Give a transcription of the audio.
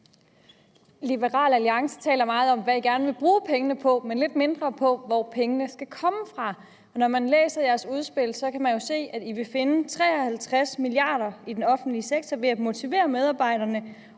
Liberal Alliance taler meget om, hvad de gerne vil bruge pengene på, men lidt mindre om, hvor pengene skal komme fra. Når man læser Liberal Alliances udspil, kan man jo se, at Liberal Alliance vil finde 53 mia. kr. i den offentlige sektor ved at motivere medarbejderne